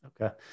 Okay